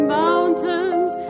mountains